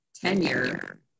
tenure